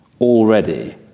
already